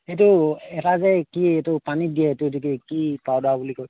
সেইটো এটা যে কি এইটো পানীত দিয়ে এইটো এতিকে কি পাউদাৰ বুলি কয়